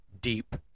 deep